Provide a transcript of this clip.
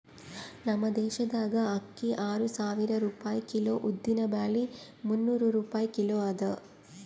ನಮ್ ದೇಶದಾಗ್ ಅಕ್ಕಿ ಆರು ಸಾವಿರ ರೂಪಾಯಿ ಕಿಲೋ, ಉದ್ದಿನ ಬ್ಯಾಳಿ ಮುನ್ನೂರ್ ರೂಪಾಯಿ ಕಿಲೋ ಅದಾ